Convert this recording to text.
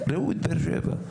ראו את באר שבע.